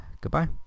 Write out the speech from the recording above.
goodbye